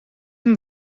hem